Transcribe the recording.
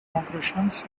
concretions